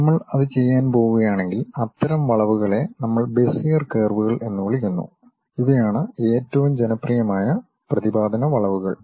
നമ്മൾ അത് ചെയ്യാൻ പോകുകയാണെങ്കിൽ അത്തരം വളവുകളെ നമ്മൾ ബെസിയർ കർവുകൾ എന്ന് വിളിക്കുന്നു ഇവയാണ് ഏറ്റവും ജനപ്രിയമായ പ്രതിപാദന വളവുകൾ